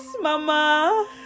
mama